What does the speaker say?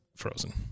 frozen